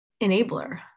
enabler